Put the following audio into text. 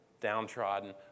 downtrodden